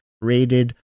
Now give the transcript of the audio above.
rated